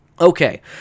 Okay